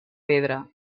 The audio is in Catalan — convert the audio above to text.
pedra